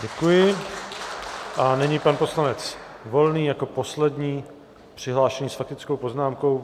Děkuji a nyní pan poslanec Volný jako poslední přihlášený s faktickou poznámkou.